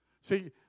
See